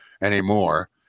anymore